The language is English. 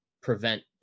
prevent